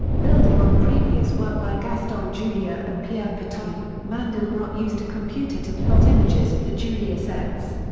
building on previous work by gaston julia and pierre fatou, mandelbrot used a computer to plot images of the julia sets.